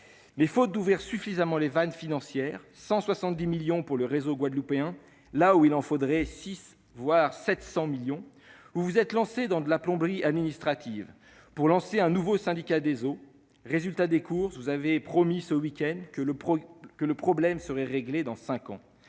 Mais, faute d'ouvrir suffisamment les vannes financières- 170 millions d'euros pour le réseau guadeloupéen, là où il en faudrait 600 voire 700 -, le Gouvernement s'est lancé dans de la plomberie administrative en créant un nouveau syndicat des eaux. Résultat des courses : vous avez promis, ce week-end, que le problème serait réglé dans ...